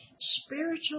Spiritual